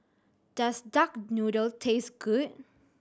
does duck noodle taste good